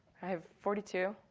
have forty two.